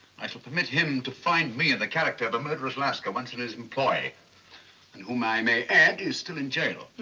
i shall permit him to find me in the character of a murderous lascar once in his employ and whom i may add is still in jail.